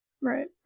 Right